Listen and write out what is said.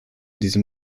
diesem